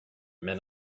men